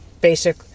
basic